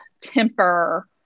temper